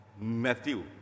Matthew